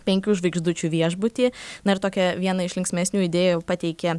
penkių žvaigždučių viešbutį na ir tokią vieną iš linksmesnių idėjų pateikė